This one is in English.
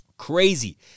Crazy